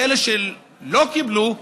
ואלה שלא קיבלו,